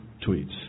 tweets